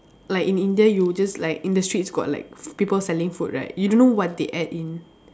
like in India you just like in the streets got like f~ people selling food right you don't know what they add in